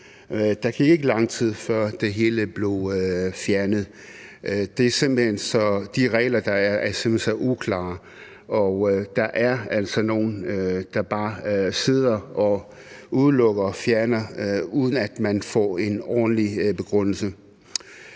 Der gik ikke lang tid, før det hele blev fjernet. De regler, der er, er simpelt hen så uklare, og der er altså nogle, der bare sidder og udelukker og fjerner indhold, uden at man får en ordentlig begrundelse.